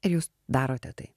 ir jūs darote tai